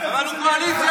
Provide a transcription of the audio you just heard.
אבל הוא בקואליציה,